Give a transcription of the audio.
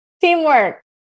Teamwork